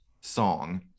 song